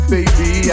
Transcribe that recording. Baby